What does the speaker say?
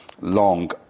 long